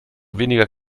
weniger